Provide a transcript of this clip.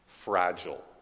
fragile